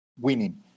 winning